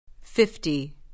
fifty